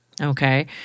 Okay